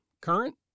current